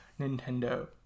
nintendo